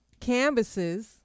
canvases